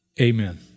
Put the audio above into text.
Amen